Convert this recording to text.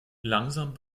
langsam